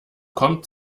kommt